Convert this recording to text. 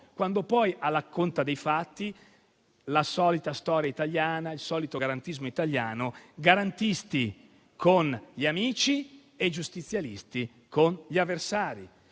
quando poi, alla conta dei fatti, si tratta della solita storia italiana, del solito garantismo italiano: garantisti con gli amici e giustizialisti con gli avversari.